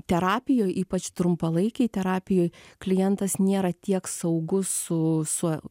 terapijoj ypač trumpalaikėj terapijoj klientas nėra tiek saugus su tuo